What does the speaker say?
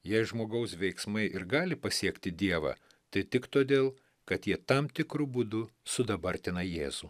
jei žmogaus veiksmai ir gali pasiekti dievą tai tik todėl kad jie tam tikru būdu sudabartina jėzų